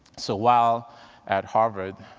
so while at harvard,